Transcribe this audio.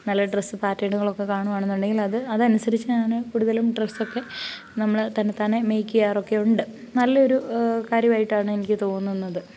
നല്ല ഡ്രസ്സ് പാറ്റേണുകളൊക്കെ കാണുകയാണെന്നുണ്ടെങ്കിൽ അത് അതനുസരിച്ച് ഞാൻ കൂടുതലും ഡ്രെസ്സൊക്കെ നമ്മൾ തന്നത്താനെ മേയ്ക്ക് ചെയ്യാറൊക്കെയുണ്ട് നല്ലയൊരു കാര്യമായിട്ടാണ് എനിക്ക് തോന്നുന്നത്